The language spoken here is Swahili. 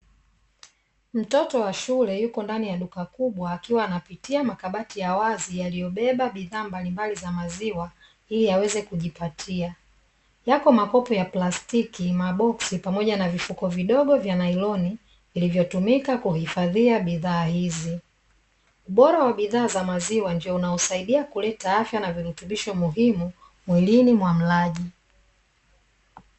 Mtoto wa shule yuko ndani ya duka kubwa, akiwa anapitia makabati ya wazi yaliyobeba bidhaa mbalimbali za maziwa ili aweze kujipatia. Yako makopo ya plastiki, maboxsi pamoja na vifuko vidogo vya nailoni vilivotumika kuhifadhia bidhaa hizi. Ubora wa bidhaa za maziwa, ndio unaosaidia kuleta afya na virutubisho muhimu mwilini mwa mlaji.